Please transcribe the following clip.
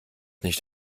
nicht